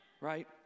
Right